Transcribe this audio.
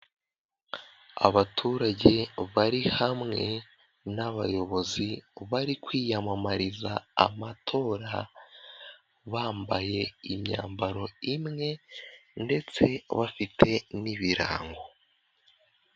Abaturage bari hamwe n'abayobozi bari kwiyamamariza amatora bambaye imyambaro imwe ndetse bafite n'ibirango.